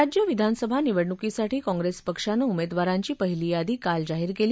राज्य विधानसभा निवडणुकीसाठी काँप्रेस पक्षाने उमेदवारांची पहिली यादी काल जाहिर केली